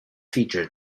feature